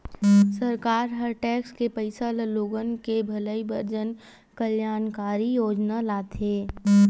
सरकार ह टेक्स के पइसा ल लोगन के भलई बर जनकल्यानकारी योजना लाथे